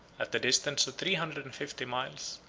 at the distance of three hundred and fifty miles,